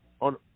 on